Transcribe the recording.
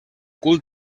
cul